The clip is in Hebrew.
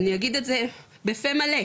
אני אגיד את זה בפה מלא,